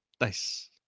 Nice